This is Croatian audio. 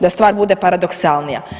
Da stvar bude paradoksalnija.